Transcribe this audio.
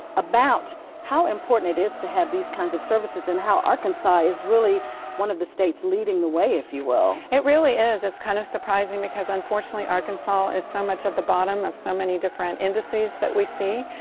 about how important it is to have these kinds of services and how arkansas is really one of the states leading the way, if you will. it really is. it's kind of surprising because unfortunately arkansas is so much at the bottom of so many different indices that we see.